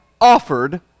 offered